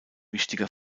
wichtiger